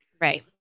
Right